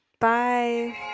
Bye